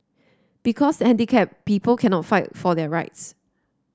because handicap people cannot fight for their rights